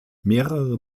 mehrere